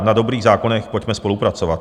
Na dobrých zákonech pojďme spolupracovat.